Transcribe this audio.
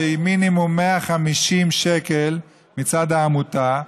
שהיא מינימום 150 שקל מצד העמותה,